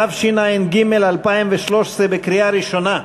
התשע"ג 2013, קריאה ראשונה.